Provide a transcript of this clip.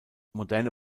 moderne